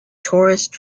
tourists